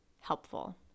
helpful